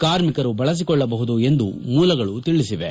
ಕಾರ್ಮಿಕರು ಬಳಸಿಕೊಳ್ಳಬಹುದು ಎಂದು ಮೂಲಗಳು ತಿಳಿಸಿವೆ